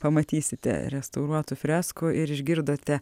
pamatysite restauruotų freskų ir išgirdote